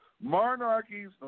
Monarchies